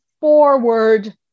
forward